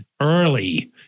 early